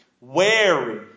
wary